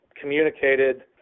communicated